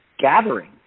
gathering